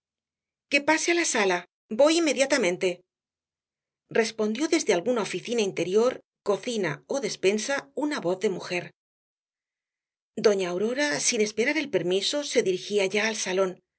que pase á la sala voy inmediatamente respondió desde alguna oficina interior cocina ó despensa una voz de mujer doña aurora sin esperar el permiso se dirigía ya al salón